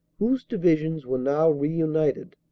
whose divisions were now reunited.